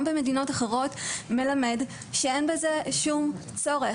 במדינות אחרות מלמד שאין בזה שום צורך.